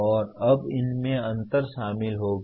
और अब इनमें अंतर शामिल होगा